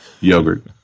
Yogurt